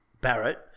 Barrett